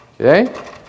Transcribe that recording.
Okay